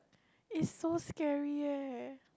is so scary eh